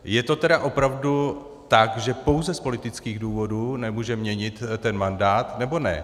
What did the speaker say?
Je to tedy opravdu tak, že pouze z politických důvodů se nemůže měnit ten mandát, nebo ne?